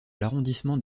l’arrondissement